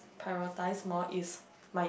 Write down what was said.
prioritise more is my